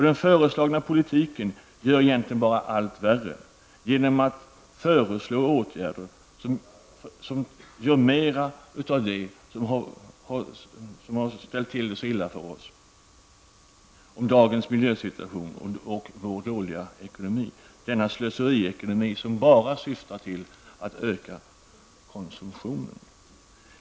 Den föreslagna politiken gör egentligen bara allt värre genom att man föreslår åtgärder som späder på det som har ställt till det så illa för oss och försatt oss i dagens situation med vår dåliga miljö och ekonomi -- denna slöseriekonomi som bara syftar till att öka konsumtionen.